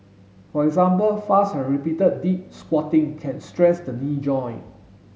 for example fast and repeated deep squatting can stress the knee joint